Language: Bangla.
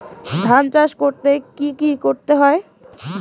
ধান চাষ করতে কি কি করতে হয়?